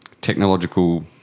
technological